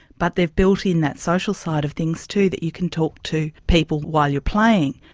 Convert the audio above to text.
but they've built in that social side of things too, that you can talk to people while you're playing.